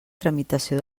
tramitació